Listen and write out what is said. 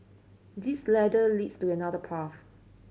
this ladder leads to another path